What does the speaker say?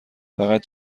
فقط